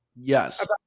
Yes